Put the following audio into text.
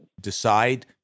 decide